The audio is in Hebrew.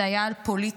זה היה על פוליטי.